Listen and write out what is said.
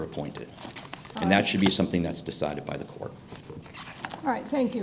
appointed and that should be something that's decided by the court all right thank you